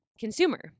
consumer